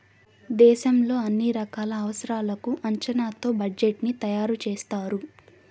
దేశంలో అన్ని రకాల అవసరాలకు అంచనాతో బడ్జెట్ ని తయారు చేస్తారు